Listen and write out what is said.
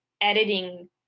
editing